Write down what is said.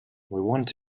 want